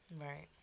right